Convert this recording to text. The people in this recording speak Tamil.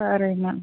சரிங்க